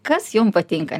kas jums patinka